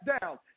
down